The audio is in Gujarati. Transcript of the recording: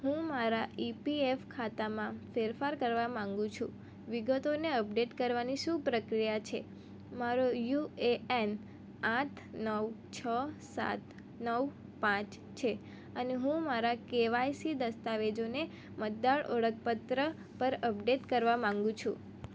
હું મારા ઇપીએફ ખાતામાં ફેરફાર કરવા માગું છું વિગતોને અપડેટ કરવાની શું પ્રક્રિયા છે મારો યુએએન આઠ નવ છ સાત નવ પાંચ છે અને હું મારા કેવાયસી દસ્તાવેજોને મતદાર ઓળખપત્ર પર અપડેટ કરવા માગું છું